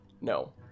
No